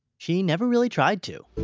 she never really tried to.